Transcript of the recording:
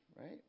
right